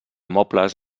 mobles